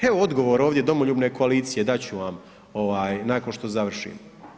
Evo odgovora ovdje, Domoljubne koalicije, dat ću vam nakon što završim.